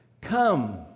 Come